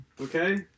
Okay